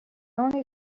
only